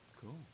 cool